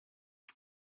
you